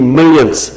millions